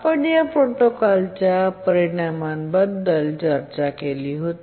आपण या प्रोटोकॉलच्या परिणामाबद्दल चर्चा केली होती